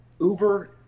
Uber